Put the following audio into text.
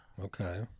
Okay